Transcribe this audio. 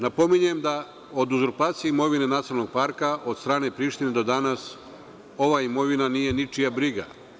Napominjem da od uzurpacije imovine Nacionalnog parka od strane Prištine do danas ova imovina nije ničija briga.